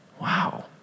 Wow